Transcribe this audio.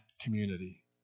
community